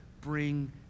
bring